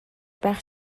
байх